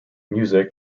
music